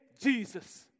Jesus